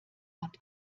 hat